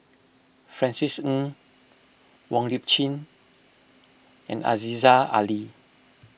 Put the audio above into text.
Francis Ng Wong Lip Chin and Aziza Ali